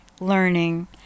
learning